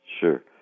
Sure